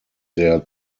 there